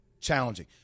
challenging